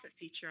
feature